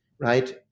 right